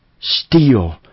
steal